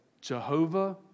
Jehovah